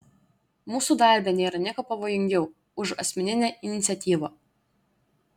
mūsų darbe nėra nieko pavojingiau už asmeninę iniciatyvą